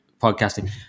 podcasting